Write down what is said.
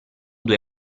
due